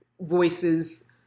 voices